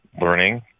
learning